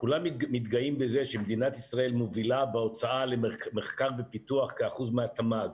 כולם מתגאים בזה שמדינת ישראל מובילה בהוצאה למחקר ופיתוח כאחוז מהתמ"ג,